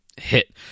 hit